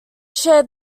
shared